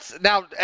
Now